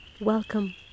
Welcome